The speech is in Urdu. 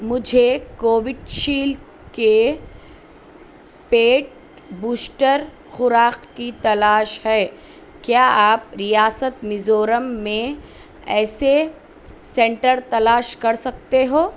مجھے کووڈ شیلڈ کے پیڈ بوسٹر خوراک کی تلاش ہے کیا آپ ریاست میزورم میں ایسے سینٹر تلاش کر سکتے ہو